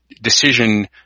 decision